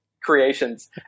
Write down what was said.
creations